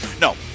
no